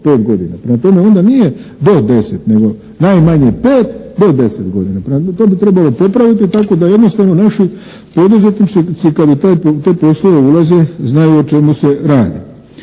godina. Prema tome onda nije do 10 nego najmanje 5 do 10 godina. To bi trebalo popraviti tako a jednostavno naši poduzetnici kada u te poslove ulaze znaju o čemu se radi.